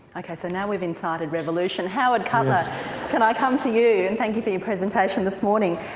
ok, so now we've incited revolution, howard cutler can i come to you, and thank you for your presentation this morning.